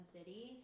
City